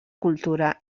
cultura